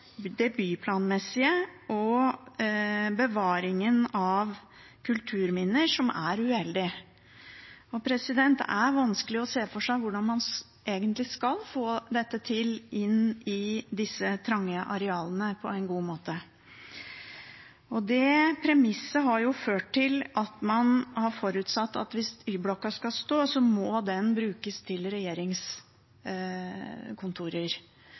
det byplanmessige og bevaringen av kulturminner som er uheldig. Det er vanskelig å se for seg hvordan man skal få dette til på de trange arealene på en god måte. Det premisset har ført til at man har forutsatt at hvis Y-blokka skal stå, så må den brukes til regjeringskontorer.